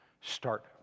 start